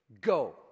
go